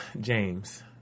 James